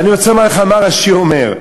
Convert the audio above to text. ואני רוצה לומר לך מה השיר אומר.